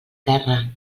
terra